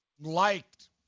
liked